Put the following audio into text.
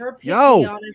Yo